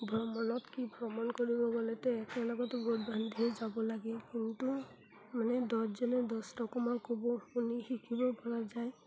ভ্ৰমণত কি ভ্ৰমণ কৰিব গ'লেতো একেলগতো গোট বান্ধি যাব লাগে কিন্তু মানে দহজনে দহ ৰকমাৰ ক'ব শুনি শিকিব পৰা যায়